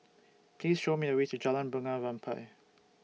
Please Show Me The Way to Jalan Bunga Rampai